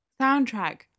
Soundtrack